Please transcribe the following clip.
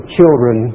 children